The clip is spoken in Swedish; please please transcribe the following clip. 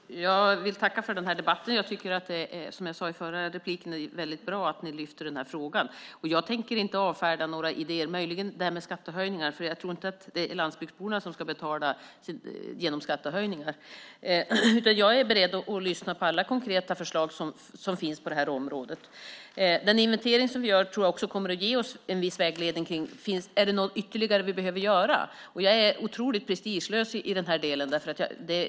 Herr talman! Jag vill tacka för den här debatten. Som jag sade i mitt förra anförandet tycker jag att det är väldigt bra att ni lyfter upp den här frågan. Jag tänker inte avfärda några idéer mer än möjligen det här med skattehöjningar. Jag tror inte att det är landsbygdsborna som ska betala detta genom skattehöjningar. Jag är beredd att lyssna på alla konkreta förslag som finns på det här området. Jag tror också att den inventering vi gör kommer att ge oss en viss vägledning om det finns något ytterligare vi behöver göra. Jag är otroligt prestigelös i den här delen.